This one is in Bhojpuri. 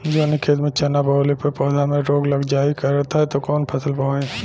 जवने खेत में चना बोअले पर पौधा में रोग लग जाईल करत ह त कवन फसल बोआई?